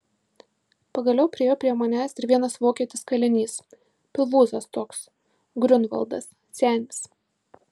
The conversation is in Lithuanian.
pagaliau priėjo prie manęs ir vienas vokietis kalinys pilvūzas toks griunvaldas senis